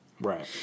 right